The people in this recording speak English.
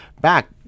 back